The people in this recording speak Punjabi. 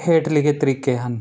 ਹੇਠ ਲਿਖੇ ਤਰੀਕੇ ਹਨ